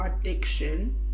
addiction